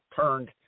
turned